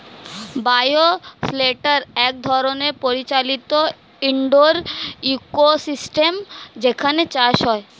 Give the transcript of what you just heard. bio shelter এক ধরনের পরিচালিত ইন্ডোর ইকোসিস্টেম যেখানে চাষ হয়